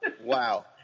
Wow